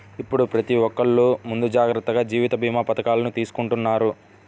ఇప్పుడు ప్రతి ఒక్కల్లు ముందు జాగర్తగా జీవిత భీమా పథకాలను తీసుకుంటన్నారు